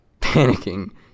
panicking